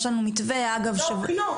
יש לנו מתווה --- לא, על הבחינות.